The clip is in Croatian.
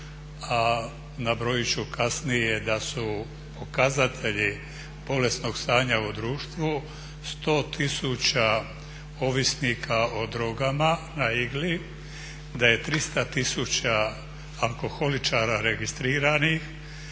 a nabrojit ću kasnije da su pokazatelji bolesnog stanja u društvu 100 tisuća ovisnika o drogama na igli, da je 300 tisuća alkoholičara registriranih,